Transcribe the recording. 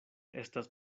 estas